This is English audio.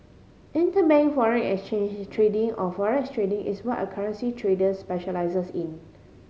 interbank foreign exchange trading or forex trading is what a currency trader specialises in